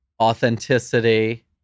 authenticity